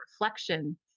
reflection